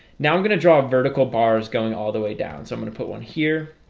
now, i'm gonna draw vertical bars going all the way down so i'm gonna put one here